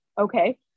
okay